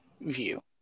view